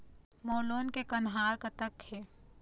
मोर loan के कन्हार कतक हे?